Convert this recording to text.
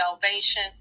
salvation